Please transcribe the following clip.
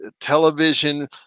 television